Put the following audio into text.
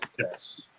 yes.